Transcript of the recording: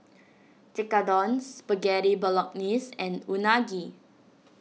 Tekkadon Spaghetti Bolognese and Unagi